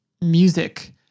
music